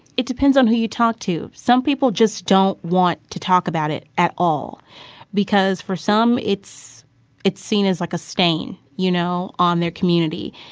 it depends on who you talk to. some people just don't want to talk about it at all because for some it's it's seen as, like, a stain, you know, on their community.